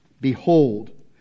Behold